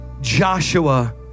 Joshua